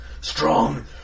strong